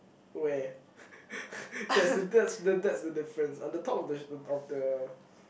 where that's the that's the that's the difference on the top of the of the